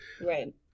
Right